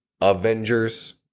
Avengers